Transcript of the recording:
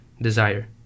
Desire